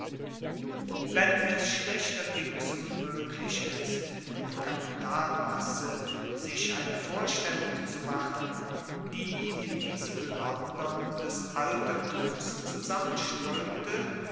wenn es schlechterdings unmoeglich ist von der kapitalmasse sich eine vorstellung zu machen die in diesem london des altertums zusammenstroemte